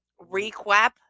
recap